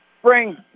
spring